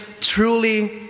truly